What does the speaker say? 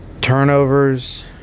turnovers